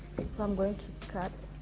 um going to cut